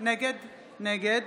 נגד